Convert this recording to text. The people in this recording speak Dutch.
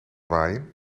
waaien